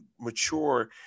mature